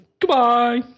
Goodbye